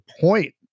point